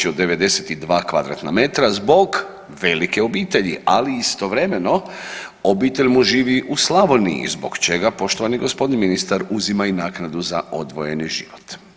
od 92 m2 zbog velike obitelji, ali istovremeno obitelj mu živi u Slavoniji zbog čega poštovani gospodin ministar uzima i naknadu za odvojeni život.